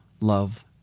love